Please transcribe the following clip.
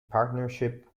partnership